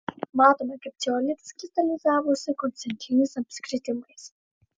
matome kaip ceolitas kristalizavosi koncentriniais apskritimais